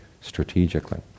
strategically